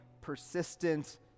persistent